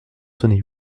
sonner